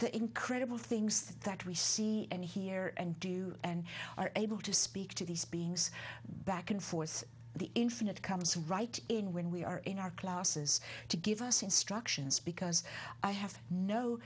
the incredible things that we see and hear and do and are able to speak to these beings back and forth the infinite comes right in when we are in our classes to give us instructions because i have no